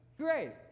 great